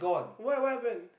why what happen